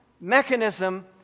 mechanism